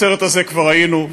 בסרט הזה כבר היינו,